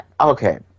okay